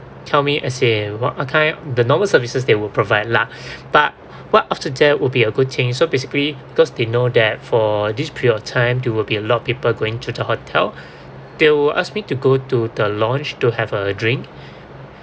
tell me as in what what kind the normal services they will provide lah but what after that will be a good thing so basically because they know that for this period of time there will be a lot of people going to the hotel they will ask me to go to the lounge to have a drink